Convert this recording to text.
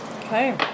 Okay